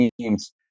teams